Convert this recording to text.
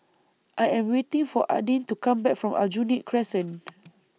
I Am waiting For Adin to Come Back from Aljunied Crescent